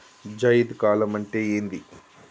జైద్ కాలం అంటే ఏంది?